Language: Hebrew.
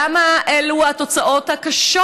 למה אלו התוצאות הקשות.